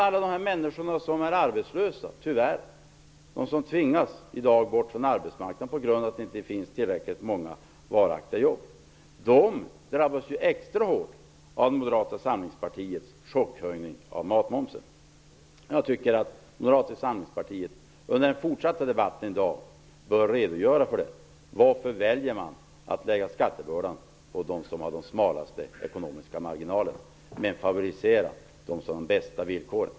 Alla människor som är arbetslösa, vilka i dag tyvärr tvingas bort från arbetsmarknaden på grund av att det inte finns tillräckligt många varaktiga jobb, drabbas ju extra hårt av Moderata samlingspartiets chockhöjning av matmomsen. Jag tycker att Moderata samlingspartiet under den fortsatta debatten i dag skall redogöra för anledningen till att man väljer att lägga skattebördan på dem som har de smalaste ekonomiska marginalerna men favoriserar dem som har de bästa villkoren.